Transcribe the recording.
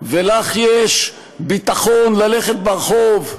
ולך יש ביטחון ללכת ברחוב,